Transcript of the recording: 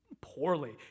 Poorly